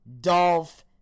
Dolph